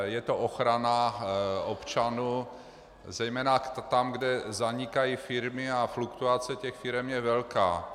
Je to ochrana občanů zejména tam, kde zanikají firmy, a fluktuace těch firem je velká.